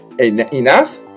enough